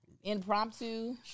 impromptu